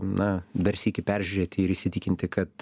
na dar sykį peržiūrėti ir įsitikinti kad